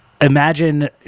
imagine